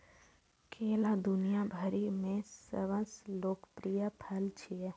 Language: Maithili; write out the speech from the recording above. केला दुनिया भरि मे सबसं लोकप्रिय फल छियै